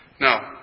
Now